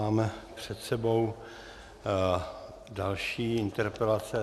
Máme před sebou další interpelace.